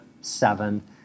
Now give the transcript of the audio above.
seven